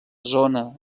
zona